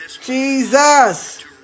Jesus